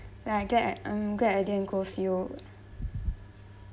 then I get um I'm glad I didn't go C_O